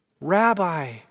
rabbi